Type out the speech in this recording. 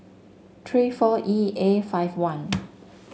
three four E A five one